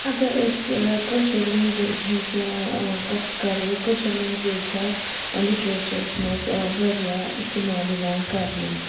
اگر أسۍ کٲشِر لٮ۪نٛگویج ہِنٛز کَتھ کَرو کٲشِر لٮ۪نٛگویج چھےٚ لِٹرٛیچَرَس منٛز واریاہ استعمال یِوان کرنہٕ